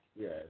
Yes